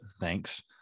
thanks